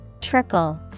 trickle